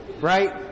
right